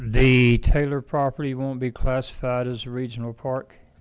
to tailor property won't be classified as a regional park